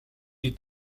est